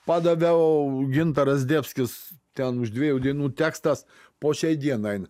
padaviau gintaras zdebskis ten už dviejų dienų tekstas po šiai dienai eina